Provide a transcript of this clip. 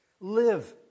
live